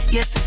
Yes